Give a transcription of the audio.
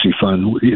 fund